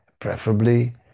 Preferably